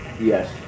Yes